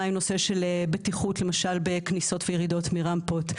מה עם נושא של בטיחות בכניסות וירידות מרמפות?